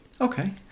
Okay